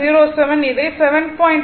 07 இதை 7